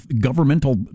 governmental